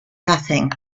nothing